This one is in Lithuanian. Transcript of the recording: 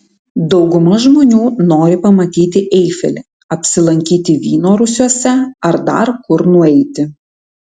dauguma žmonių nori pamatyti eifelį apsilankyti vyno rūsiuose ar dar kur nueiti